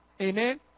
Amen